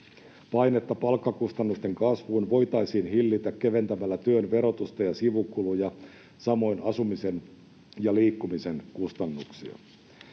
Painetta palkkakustannusten kasvuun voitaisiin hillitä keventämällä työn verotusta ja sivukuluja, samoin asumisen ja liikkumisen kustannuksia.